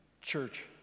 Church